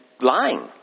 lying